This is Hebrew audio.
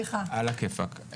יופי.